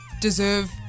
deserve